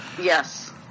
Yes